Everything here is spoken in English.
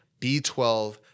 B12